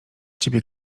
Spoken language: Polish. ciebie